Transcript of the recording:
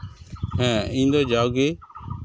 ᱦᱮᱸ ᱤᱧᱫᱚ ᱡᱟᱣᱜᱮ